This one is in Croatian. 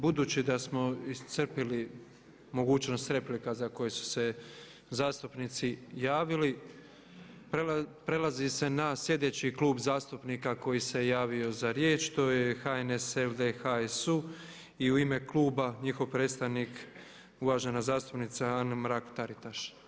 Budući da smo iscrpili mogućnost replika za koje su se zastupnici javili, prelazi se na sljedeći Klub zastupnika koji se javio za riječ to je HNS LD HSU i u ime kluba njihov predstavnik uvažena zastupnica Anka Mrak Taritaš.